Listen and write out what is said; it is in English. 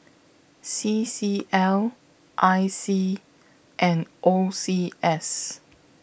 C C L I C and O C S